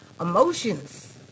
emotions